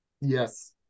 Yes